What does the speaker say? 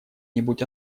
нибудь